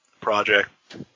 project